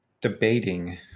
debating